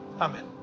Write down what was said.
Amen